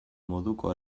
moduko